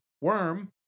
Worm